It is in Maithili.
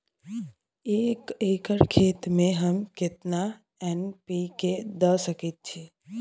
एक एकर खेत में हम केतना एन.पी.के द सकेत छी?